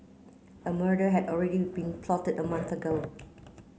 a murder had already been plotted a month ago